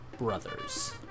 brothers